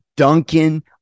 Duncan